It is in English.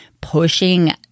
pushing